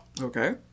okay